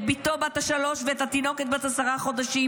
את בתו בת השלוש ואת התינוקת בת העשרה חודשים.